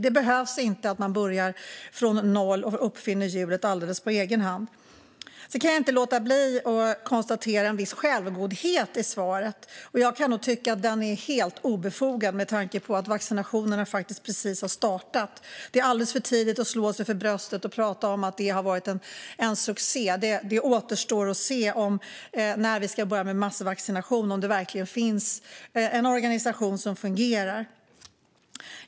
Man behöver alltså inte börja från noll och uppfinna hjulet helt på egen hand. Jag konstaterar en viss självgodhet i svaret. Jag tycker att den är helt obefogad med tanke på att vaccinationerna precis har startat. Det är alldeles för tidigt att slå sig för bröstet och säga att det har varit en succé. Det återstår att se när vi börjar med massvaccinationerna om det finns en organisation som verkligen fungerar.